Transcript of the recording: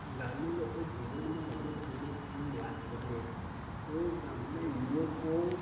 ગ્રામ્ય લોકો જીવનમાં રમતગમતની વાત કરીયે તો ગામના યુવકો